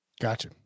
Gotcha